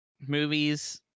movies